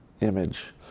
image